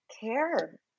care